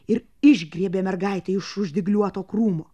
ir išgriebė mergaitę iš už dygliuoto krūmo